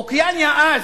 אוקיאניה אז,